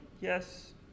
Yes